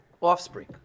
offspring